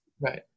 Right